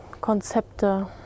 Konzepte